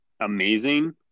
amazing